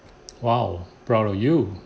!wow! proud of you